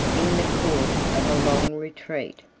in the course of a long retreat,